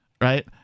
Right